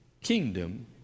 kingdom